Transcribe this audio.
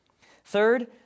Third